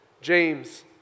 James